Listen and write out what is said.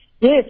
Yes